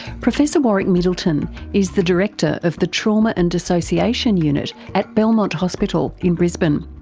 professor warwick middleton is the director of the trauma and dissociation unit at belmont hospital in brisbane.